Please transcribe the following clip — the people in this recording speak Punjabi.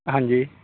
ਹਾਂਜੀ